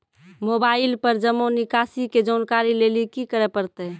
Mobile पर जमा निकासी के जानकरी लेली की करे परतै?